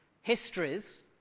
histories